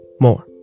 more